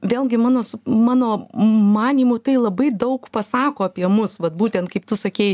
vėlgi mano mano manymu tai labai daug pasako apie mus vat būtent kaip tu sakei